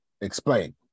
explain